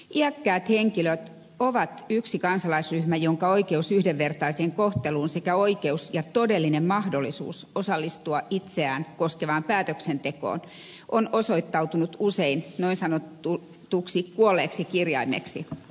iäkkäät henkilöt ovat yksi kansalaisryhmä jonka oikeus yhdenvertaiseen kohteluun sekä oikeus ja todellinen mahdollisuus osallistua itseään koskevaan päätöksentekoon on osoittautunut usein niin sanotuksi kuolleeksi kirjaimeksi